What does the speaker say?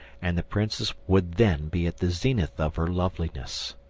and the princess would then be at the zenith of her loveliness.